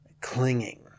Clinging